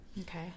Okay